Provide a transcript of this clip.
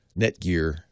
Netgear